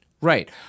Right